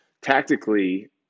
tactically